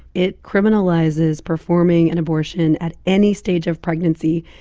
it criminalizes performing an abortion at any stage of pregnancy.